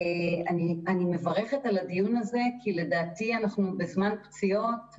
אני מברכת על הדיון הזה כי לדעתי אנחנו בזמן פציעות,